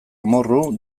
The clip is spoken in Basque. amorru